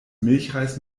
milchreis